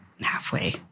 halfway